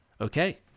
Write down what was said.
Okay